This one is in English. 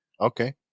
Okay